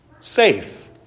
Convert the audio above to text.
safe